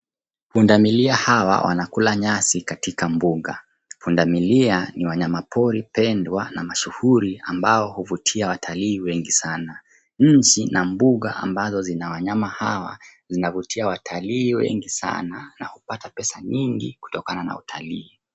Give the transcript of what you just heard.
Punda milia hawa wanakula nyasi katika mpunga. Punda milia ni wanyama pori pendwa na mashuhuri ambao uvutia watalii wengi sana. Nchi na mpuga ambazo zina wanyama hawa zinavutia watalii wengi sana na upata peza nyingi kutokana na utalii.